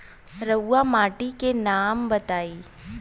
रहुआ माटी के नाम बताई?